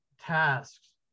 tasks